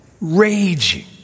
raging